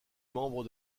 membre